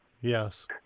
Yes